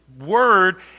Word